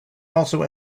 also